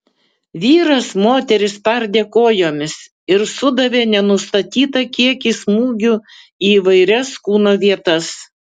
vyras moterį spardė kojomis ir sudavė nenustatytą kiekį smūgių į įvairias kūno vietas